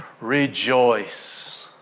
rejoice